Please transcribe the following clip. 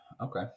Okay